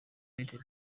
united